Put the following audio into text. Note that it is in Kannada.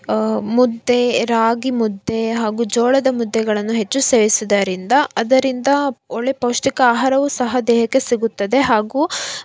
ಮುದ್ದೆ ರಾಗಿ ಮುದ್ದೆ ಹಾಗೂ ಜೋಳದ ಮುದ್ದೆಗಳನ್ನು ಹೆಚ್ಚು ಸೇವಿಸುವುದರಿಂದ ಅದರಿಂದ ಒಳ್ಳೆಯ ಪೌಷ್ಟಿಕ ಆಹಾರವು ಸಹ ದೇಹಕ್ಕೆ ಸಿಗುತ್ತದೆ ಹಾಗೂ